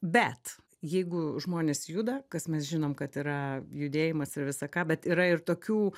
bet jeigu žmonės juda kas mes žinom kad yra judėjimas ir visa ką bet yra ir tokių